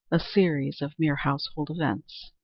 a series of mere household events.